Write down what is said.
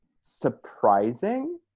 surprising